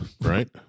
Right